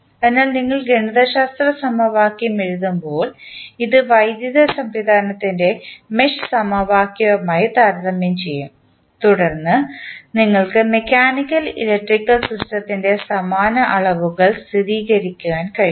അതിനാൽ നിങ്ങൾ ഗണിതശാസ്ത്ര സമവാക്യം എഴുതുമ്പോൾ ഇത് വൈദ്യുത സംവിധാനത്തിൻറെ മെഷ് സമവാക്യവുമായി താരതമ്യം ചെയ്യും തുടർന്ന് നിങ്ങൾക്ക് മെക്കാനിക്കൽ ഇലക്ട്രിക്കൽ സിസ്റ്റത്തിൻറെ സമാന അളവുകൾ സ്ഥിരീകരിക്കാൻ കഴിയും